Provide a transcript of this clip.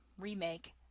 remake